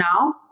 now